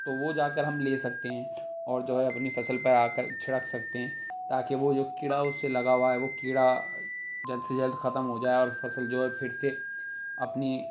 تو وہ جا کر ہم لے سکتے ہیں اور جو ہے اپنی فصل پر آ کر چھڑک سکتے ہیں تاکہ وہ جو کیڑا اس سے لگا ہوا ہے وہ کیڑا جلد سے جلد ختم ہو جائے اور فصل جو ہے پھر سے اپنی